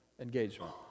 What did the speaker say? engagement